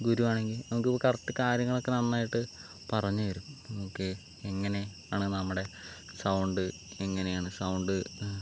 ഗുരുവാണെങ്കിൽ നമുക്ക് കറക്റ്റ് കാര്യങ്ങളൊക്കെ നന്നായിട്ട് പറഞ്ഞുതരും നമുക്ക് എങ്ങനെ ആണ് നമ്മുടെ സൗണ്ട് എങ്ങനെയാണ് സൗണ്ട്